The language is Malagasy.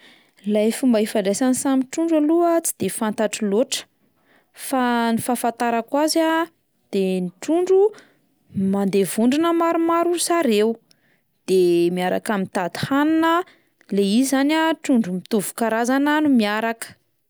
Lay fomba ifandraisan'ny samy trondro aloha tsy de fantatro loatra fa ny fahafantarako azy a, de ny trondro mandeha vondrona maromaro ry zareo, de miaraka mitady hanina, le izy zany a trondro mitovy karazana no miaraka.